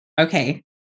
okay